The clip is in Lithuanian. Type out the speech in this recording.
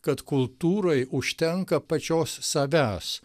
kad kultūrai užtenka pačios savęs